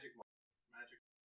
Magic